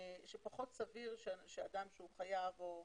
שפחות סביר שאדם שהוא חייב או עובד,